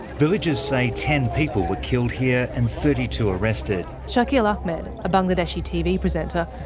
villagers say ten people were killed here and thirty two arrested. shakhil ahmed, a bangladeshi tv presenter,